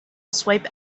swipe